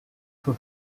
for